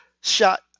shot